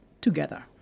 together